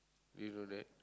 do you know that